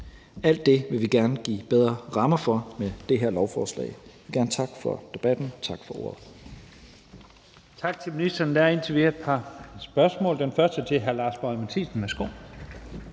Alt det vil vi gerne give bedre rammer for med det her lovforslag. Jeg vil gerne takke for debatten. Tak for ordet.